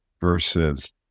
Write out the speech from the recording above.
versus